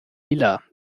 iller